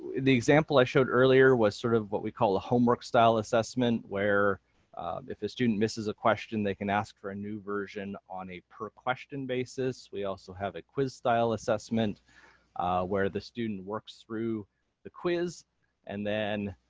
the example i showed earlier was sort of what we call a homework style assessment where if a student misses a question they can ask for a new version on a per question basis. we also have a quiz style assessment where the student works through the quiz and then,